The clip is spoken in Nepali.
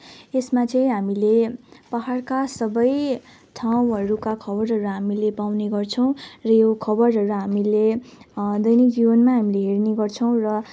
यसमा चाहिँ हामीले पाहाडका सबै ठाउँहरूका खबरहरू हामीले पाउने गर्छौँ र यो खबरहरू हामीले दैनिक जीवनमै हामीले हेर्ने गर्छौँ र